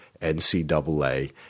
NCAA